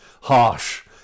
harsh